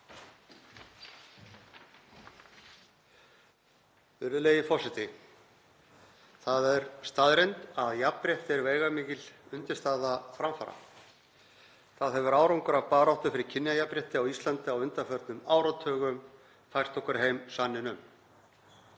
Það er staðreynd að jafnrétti er veigamikil undirstaða framfara. Það hefur árangur af baráttu fyrir kynjajafnrétti á Íslandi á undanförnum áratugum fært okkur heim sanninn um.